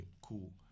cool